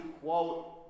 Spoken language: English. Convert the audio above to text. quote